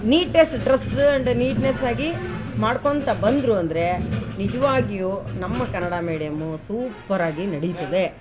neatest dress and the ನೀಟ್ನೆಸಾಗಿ ಮಾಡ್ಕೊತ ಬಂದರು ಅಂದರೆ ನಿಜವಾಗಿಯು ನಮ್ಮ ಕನ್ನಡ ಮೆಡಿಯಮ್ಮು ಸೂಪರಾಗಿ ನಡೀತದೆ